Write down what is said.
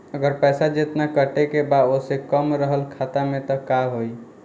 अगर पैसा जेतना कटे के बा ओसे कम रहल खाता मे त का होई?